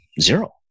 zero